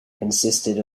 consisted